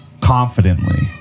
confidently